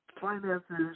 finances